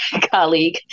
colleague